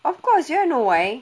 of course you wanna know why